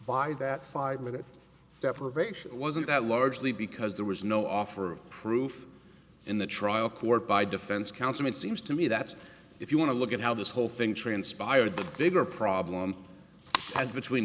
by that five minute deprivation it wasn't that largely because there was no offer of proof in the trial court by defense counsel it seems to me that if you want to look at how this whole thing transpired the bigger problem as between